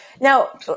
Now